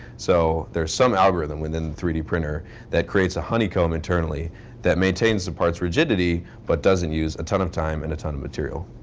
so there's some algorithm in the three d printer that creates a honeycomb internally that maintains the part's rigidity, but doesn't use a ton of time and a ton of material.